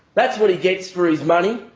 that's what he gets for his money,